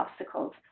obstacles